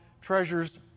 treasures